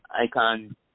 icon